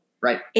Right